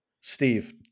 Steve